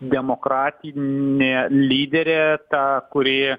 demokratinė lyderė ta kuri